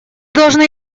должны